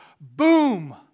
boom